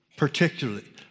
Particularly